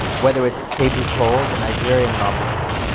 whether it's teju cole, the nigerian novelist,